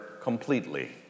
completely